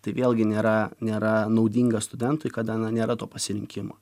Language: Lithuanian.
tai vėlgi nėra nėra naudinga studentui kada nėra to pasirinkimo